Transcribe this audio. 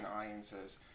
audiences